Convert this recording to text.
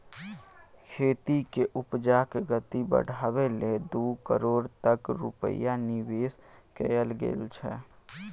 खेती केर उपजाक गति बढ़ाबै लेल दू करोड़ तक रूपैया निबेश कएल गेल छै